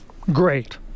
great